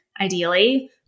ideally